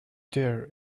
dear